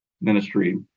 ministry